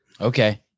Okay